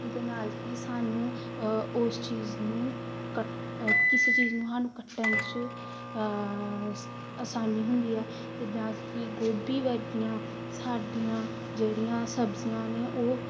ਜਿਹਦੇ ਨਾਲ ਕਿ ਸਾਨੂੰ ਉਸ ਚੀਜ਼ ਨੂੰ ਕ ਕਿਸੇ ਚੀਜ਼ ਨੂੰ ਸਾਨੂੰ ਕੱਟਣ 'ਚ ਆਸਾਨੀ ਹੁੰਦੀ ਹੈ ਜਿੱਦਾਂ ਕੀ ਗੋਭੀ ਵਰਗੀਆਂ ਸਾਡੀਆਂ ਜਿਹੜੀਆਂ ਸਬਜ਼ੀਆਂ ਨੇ ਉਹ